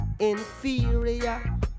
Inferior